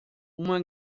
uma